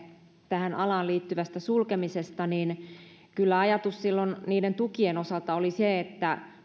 tähän alaan liittyvästä sulkemisesta kyllä ajatus silloin niiden tukien osalta oli se että